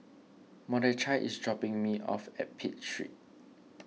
Mordechai is dropping me off at Pitt Street